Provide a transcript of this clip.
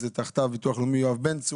שמתחתיו הביטוח הלאומי יואב בן צור,